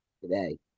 today